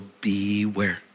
beware